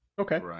Okay